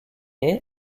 est